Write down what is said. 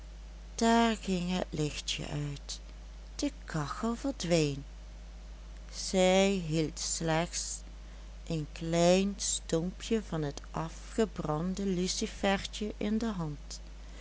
maar daar ging het lichtje uit de kachel verdween zij hield slechts een klein stompje van het afgebrande lucifertje in de hand